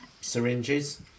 syringes